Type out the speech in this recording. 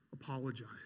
Apologize